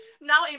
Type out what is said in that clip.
now